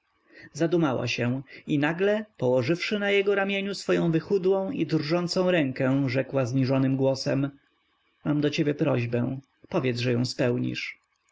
zadumała się i nagle położywszy na jego ramieniu swoją wychudłą i drżącą rękę rzekła zniżonym głosem mam do ciebie prośbę powiedz że ją spełnisz